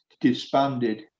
Disbanded